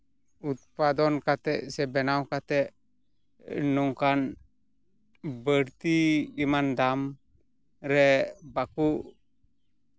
ᱩᱛᱯᱟᱫᱚᱱ ᱠᱟᱛᱮᱫ ᱥᱮ ᱵᱮᱱᱟᱣ ᱠᱟᱛᱮᱫ ᱱᱚᱝᱠᱟᱱ ᱵᱟᱹᱲᱛᱤ ᱮᱢᱟᱱ ᱫᱟᱢ ᱨᱮ ᱵᱟᱠᱚ